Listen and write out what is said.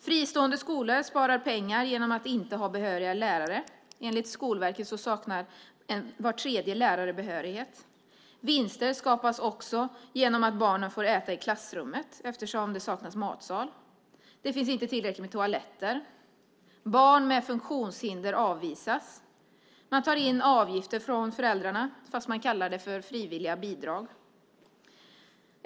Fristående skolor sparar pengar genom att inte ha behöriga lärare. Enligt Skolverket saknar var tredje lärare behörighet. Vinster skapas också genom att barnen får äta i klassrummet eftersom det saknas matsal. Det finns inte tillräckligt med toaletter. Barn med funktionshinder avvisas. Man tar in avgifter från föräldrarna, fast man kallar det för frivilliga bidrag.